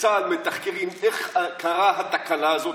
בצה"ל מתחקרים איך קרתה התקלה הזאת,